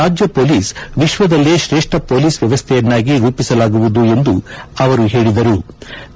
ರಾಜ್ಯ ಪೊಲೀಸ್ ವಿಶ್ವದಲ್ಲೇ ತ್ರೇಷ್ಠ ಪೊಲೀಸ್ ವ್ಯವಸ್ಥೆಯನ್ನಾಗಿ ರೂಪಿಸಲಾಗುವುದು ಎಂದು ಅವರು ಹೇಳದರು